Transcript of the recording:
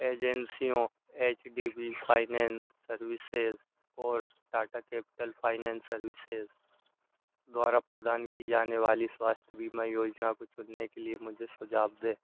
एजेंसियों H D B finance services और Tata capital finance services द्वारा प्रदान की जाने वाली स्वास्थ्य बीमा योजनाओं को चुनने के लिए मुझे सुझाव दें